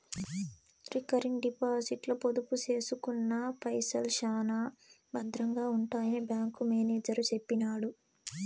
recurring డిపాజిట్ల పొదుపు సేసుకున్న పైసల్ శానా బద్రంగా ఉంటాయని బ్యాంకు మేనేజరు సెప్పినాడు